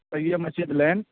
طیب Masjid لین